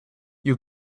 you